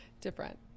different